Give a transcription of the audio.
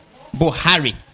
Buhari